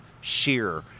shear